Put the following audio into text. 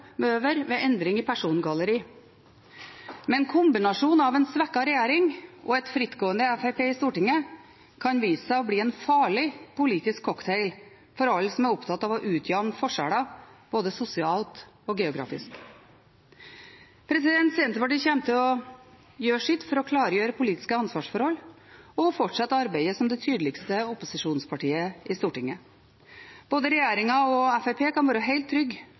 ved endringer i persongalleriet. Men kombinasjonen av en svekket regjering og et frittgående fremskrittsparti i Stortinget kan vise seg å bli en farlig politisk cocktail for alle som er opptatt av å utjevne forskjeller, både sosialt og geografisk. Senterpartiet kommer til å gjøre sitt for å klargjøre politiske ansvarsforhold – og fortsette arbeidet som det tydeligste opposisjonspartiet i Stortinget. Både regjeringen og Fremskrittspartiet kan være helt trygge